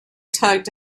tugged